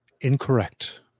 incorrect